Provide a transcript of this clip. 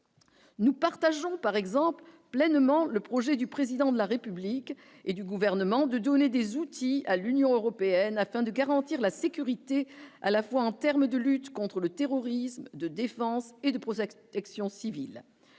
Nous partageons par exemple pleinement le projet du président de la République et du gouvernement de donner des outils à l'Union européenne afin de garantir la sécurité à la fois en terme de lutte contre le terrorisme, de défense et de Prozac section civile